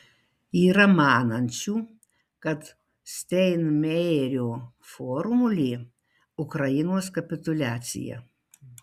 yra manančių kad steinmeierio formulė ukrainos kapituliacija